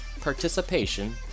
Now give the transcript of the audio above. participation